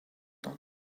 not